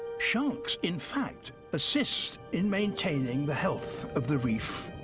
sharks, in fact, assist in maintaining the health of the reef.